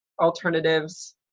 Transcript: alternatives